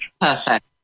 perfect